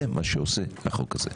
זה מה שעושה החוק הזה.